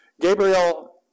Gabriel